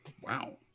Wow